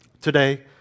today